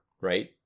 right